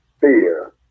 fear